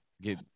get